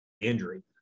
injury